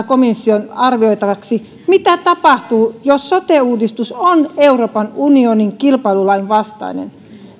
komission arvioitavaksi mitä tapahtuu jos sote uudistus on euroopan unionin kilpailulain vastainen